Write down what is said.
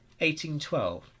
1812